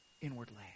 inwardly